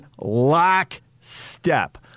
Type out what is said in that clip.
lockstep